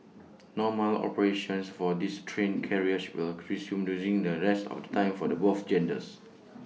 normal operations for these train carriages will resume during the rest of the times for the both genders